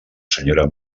senyora